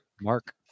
Mark